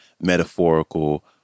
metaphorical